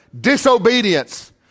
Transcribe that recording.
disobedience